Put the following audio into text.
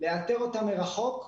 לאתר מרחוק,